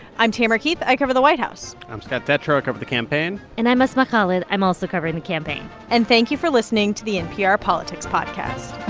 i'm tamara keith. i cover the white house i'm scott detrow. i cover the campaign and i'm asma khalid. i'm also covering the campaign and thank you for listening to the npr politics podcast